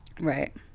Right